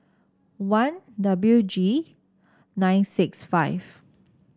one W G nine six five